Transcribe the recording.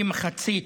כמחצית,